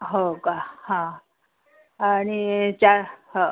हो का हां आणि चहा हो